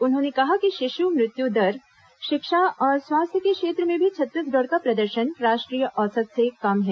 उन्होंने कहा कि शिशु मृत्यू दर शिक्षा और स्वास्थ्य के क्षेत्र में भी छत्तीसगढ़ का प्रदर्शन राष्ट्रीय औसत से कम है